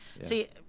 see